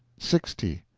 sixty.